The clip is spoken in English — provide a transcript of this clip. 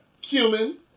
Cumin